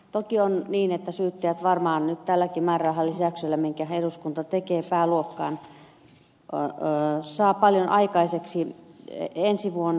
toki on niin että syyttäjät varmaan nyt tälläkin määrärahalisäyksellä minkä eduskunta tekee pääluokkaan saavat paljon aikaiseksi ensi vuonna